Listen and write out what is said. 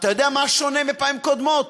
אתה יודע מה שונה מפעמים קודמות?